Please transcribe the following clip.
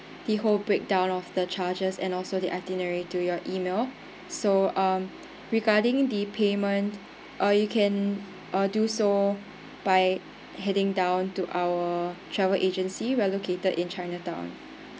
the whole breakdown of the charges and also the itinerary to your email so um regarding the payment uh you can uh do so by heading down to our travel agency we are located in chinatown